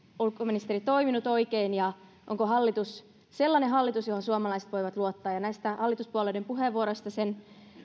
ulkoministeri toiminut oikein ja onko hallitus sellainen hallitus johon suomalaiset voivat luottaa ja näistä hallituspuolueiden puheenvuoroista sen